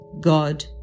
God